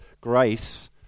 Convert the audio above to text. grace